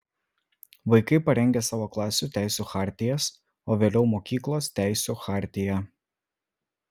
vaikai parengia savo klasių teisių chartijas o vėliau mokyklos teisių chartiją